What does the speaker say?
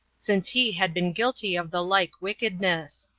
since he had been guilty of the like wickedness.